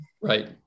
Right